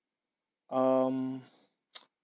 um